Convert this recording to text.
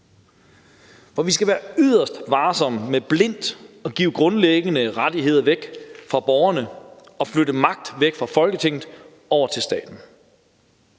For vi skal være yderst varsomme med blindt at give grundlæggende rettigheder væk fra borgerne og flytte magt væk fra Folketinget over til staten.